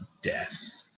death